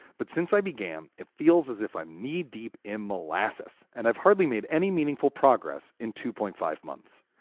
but since i began, it feels as if i'm knee deep in molasses and i've hardly made any meaningful progress in two point five months.